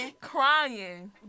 crying